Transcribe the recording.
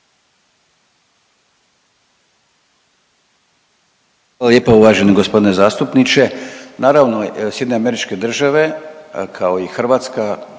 Hvala lijepa uvaženi gospodine zastupniče. Naravno Sjedinjene Američke Države kao i Hrvatska